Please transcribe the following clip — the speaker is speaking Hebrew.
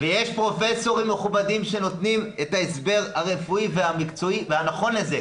ויש פרופסורים מכובדים שנותנים את ההסבר הרפואי והמקצועי והנכון לזה.